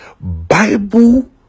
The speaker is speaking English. Bible